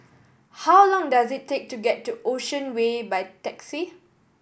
how long does it take to get to Ocean Way by taxi